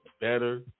better